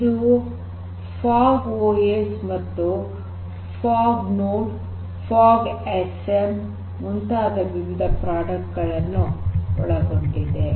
ಇದು fogOS fog O S fog node fog S M ಮುಂತಾದ ವಿವಿಧ ಉತ್ಪನ್ನಗಳನ್ನು ಒಳಗೊಂಡಿದೆ